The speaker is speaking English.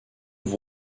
have